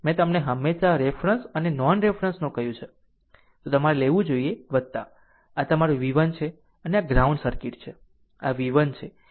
મેં તમને હંમેશાં રેફરન્સ અને નોન રેફરન્સ નો કહ્યું તમારે લેવું જોઈએ આ તમારું v 1 વોલ્ટેજ છે અને આ ગ્રાઉન્ડ સર્કિટ છે